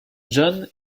john